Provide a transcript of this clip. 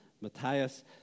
Matthias